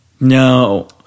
No